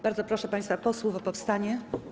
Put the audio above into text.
Bardzo proszę państwa posłów o powstanie.